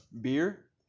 beer